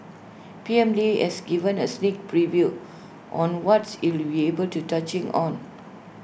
P M lee has given A sneak preview on what's he'll be able to touching on